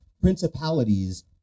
principalities